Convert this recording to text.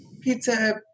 pizza